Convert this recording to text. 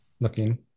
looking